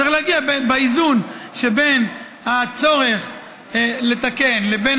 צריך להגיע לאיזון שבין הצורך לתקן לבין